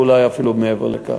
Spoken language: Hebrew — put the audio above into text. ואולי אפילו מעבר לכך.